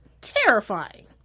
terrifying